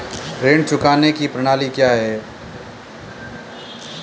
ऋण चुकाने की प्रणाली क्या है?